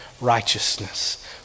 righteousness